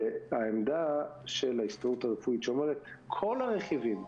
העמדה של ההסתדרות הרפואית שאומרת: כל הרכיבים,